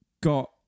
got